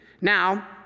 Now